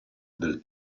del